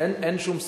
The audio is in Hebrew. אין שום ספק.